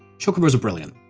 chocobos are brilliant,